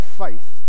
faith